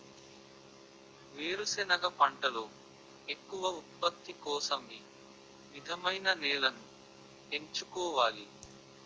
వేరుసెనగ పంటలో ఎక్కువ ఉత్పత్తి కోసం ఏ విధమైన నేలను ఎంచుకోవాలి?